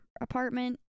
apartment